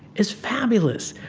is fabulous.